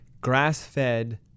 grass-fed